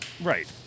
right